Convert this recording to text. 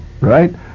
right